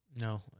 No